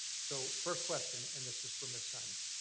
so first question, and this is for ms. simonds.